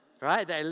right